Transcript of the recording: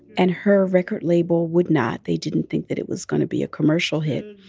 and her record label would not. they didn't think that it was going to be a commercial hit.